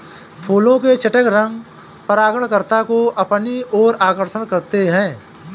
फूलों के चटक रंग परागणकर्ता को अपनी ओर आकर्षक करते हैं